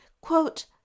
Quote